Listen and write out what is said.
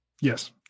Yes